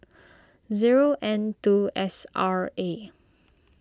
zero N two S R A